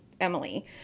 Emily